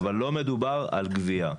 -- אבל לא מדובר על גבייה.